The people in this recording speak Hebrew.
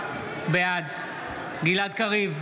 בעד גלעד קריב,